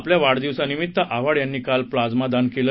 आपल्या वाढदिवसानिमीत्त आव्हाड यांनी काल प्लाझ्मादान केलं